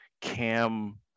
cam